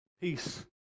peace